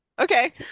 okay